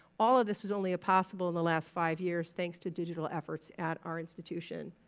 all of this was only possible in the last five years, thanks to digital efforts at our institution.